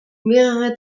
mehrere